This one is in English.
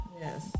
Yes